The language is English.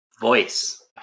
voice